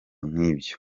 nk’ibyo